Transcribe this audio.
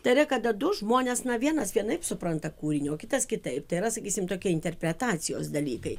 tai yra kada du žmonės na vienas vienaip supranta kūrinį o kitas kitaip tai yra sakysim tokie interpretacijos dalykai